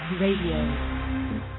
Radio